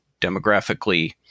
demographically